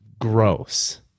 gross